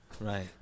Right